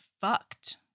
fucked